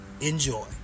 enjoy